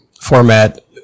format